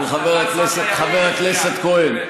חבר הכנסת כהן,